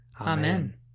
Amen